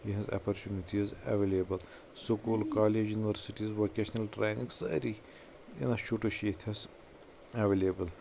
یہٕنٛز opportunities available school college universities vocational training سٲری institute چھِ ییٚتٮ۪س اٮ۪ویلیبٕل